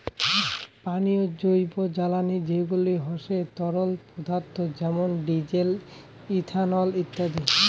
পানীয় জৈবজ্বালানী যেগুলা হসে তরল পদার্থ যেমন ডিজেল, ইথানল ইত্যাদি